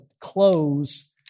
close